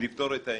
לפתור את העניין,